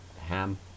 Ham